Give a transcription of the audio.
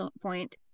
point